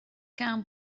can